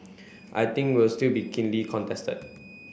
I think will still be keenly contested